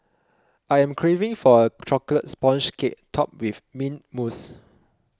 I am craving for a Chocolate Sponge Cake Topped with Mint Mousse